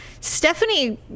Stephanie